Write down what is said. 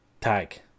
TAG